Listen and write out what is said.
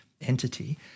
entity